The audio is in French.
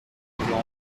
plan